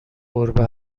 گربه